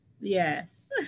Yes